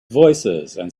voicesand